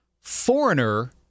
Foreigner